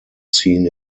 seen